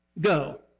Go